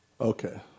Okay